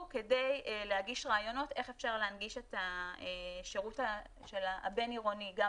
כדי להגיש רעיונות איך אפשר להנגיש את השירות הבין-עירוני גם